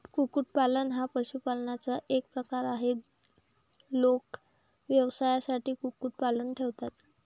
कुक्कुटपालन हा पशुपालनाचा एक प्रकार आहे, लोक व्यवसायासाठी कुक्कुटपालन ठेवतात